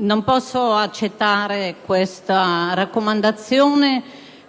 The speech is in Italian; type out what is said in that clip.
non posso accettare l'accoglimento come raccomandazione